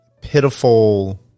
pitiful